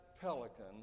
pelican